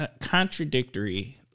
contradictory